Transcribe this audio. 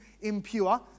impure